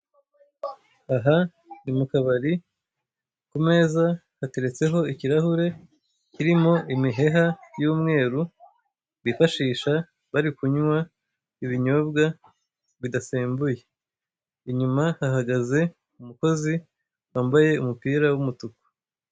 Aha ni mu kabari ku meza hateretseho ikirahure kiriho imiheha y'umweru, bifashisha bari kunywa ibinyobwa bidasembuye. Inyuma hahagaze umukozi wambaye umupira w'umutuku.